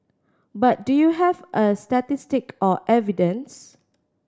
but do you have a statistic or evidence